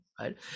Right